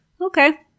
Okay